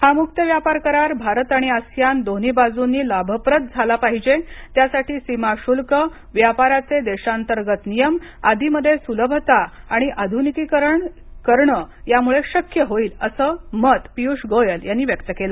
हा मुक्त व्यापार करार भारत आणि आसियान दोन्ही बाजूनी लाभप्रद झालं पाहिजे त्यासाठी सीमाशुल्क व्यापाराचे देशांतर्गत नियम आदीमध्ये सुलभता आणि आधुनिकीकरण करणं या समीक्षेमुळे शक्य होईल असं मत पियुष गोयल यांनी यावेळी व्यक्त केलं